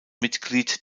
mitglied